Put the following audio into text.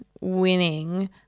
winning